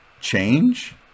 change